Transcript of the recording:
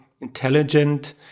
intelligent